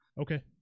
okay